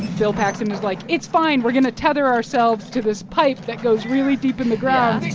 bill paxton is like, it's fine. we're going to tether ourselves to this pipe that goes really deep in the ground